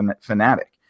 fanatic